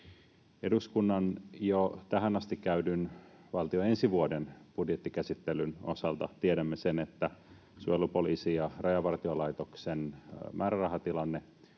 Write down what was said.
Eduskunnan jo tähän asti käydyn valtion ensi vuoden budjetin käsittelyn osalta tiedämme sen, että suojelupoliisin ja Rajavartiolaitoksen määrärahatilanne